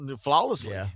flawlessly